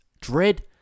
dread